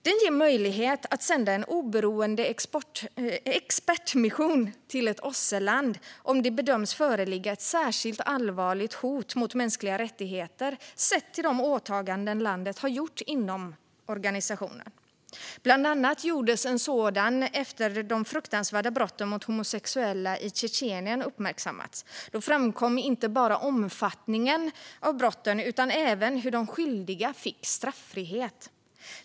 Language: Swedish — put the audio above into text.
Den ger möjlighet att sända en oberoende expertmission till ett OSSE-land om det bedöms föreligga ett särskilt allvarligt hot mot mänskliga rättigheter, sett till de åtaganden landet har gjort inom organisationen. Bland annat gjordes detta efter att de fruktansvärda brotten mot homosexuella i Tjetjenien uppmärksammats. Då framkom inte bara omfattningen av brotten utan även hur de skyldiga fick straffrihet.